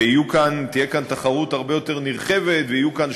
שתהיה כאן תחרות הרבה יותר נרחבת ויהיו כאן